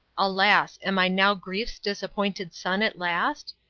alas! am i now grief's disappointed son at last?